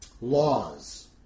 laws